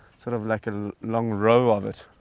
sort of like a long row of it.